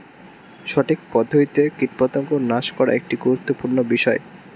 সঠিক পদ্ধতিতে কীটপতঙ্গ নাশ করা একটি গুরুত্বপূর্ণ বিষয়